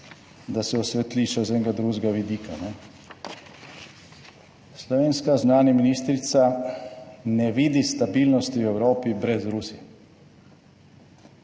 da se osvetli še z enega drugega vidika. Slovenska zunanja ministrica ne vidi stabilnosti v Evropi brez Rusije.